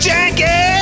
Janky